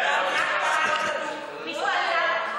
מישהו עצר אותך?